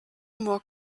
more